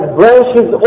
branches